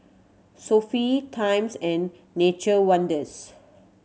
Sofy Times and Nature Wonders